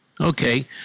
Okay